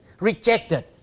rejected